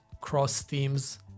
cross-teams